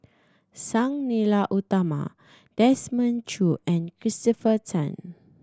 Sang Nila Utama Desmond Choo and Christopher Tan